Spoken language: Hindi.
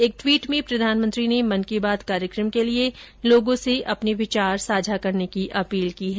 एक ट्वीट में प्रधानमंत्री ने मन की बात कार्यक्रम के लिए लोगों से अपने विचार साझा करने की अपील की है